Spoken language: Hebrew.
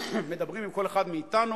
ומדברים עם כל אחד מאתנו,